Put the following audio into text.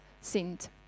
sind